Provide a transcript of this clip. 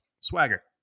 Swagger